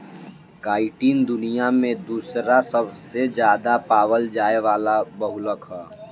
chitin दुनिया में दूसरा सबसे ज्यादा पावल जाये वाला बहुलक ह